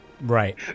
Right